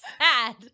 sad